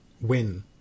win